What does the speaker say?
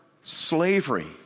slavery